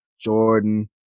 Jordan